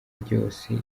ryose